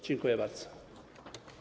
Dziękuję bardzo.